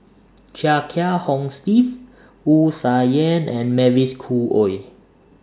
Chia Kiah Hong Steve Wu Tsai Yen and Mavis Khoo Oei